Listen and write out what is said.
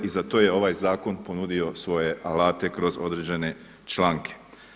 I za to je ovaj zakon ponudio svoje alate kroz određene članke.